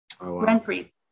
rent-free